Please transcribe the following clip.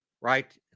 Right